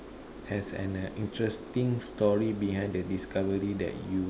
has an uh interesting story behind the discovery that you